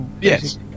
Yes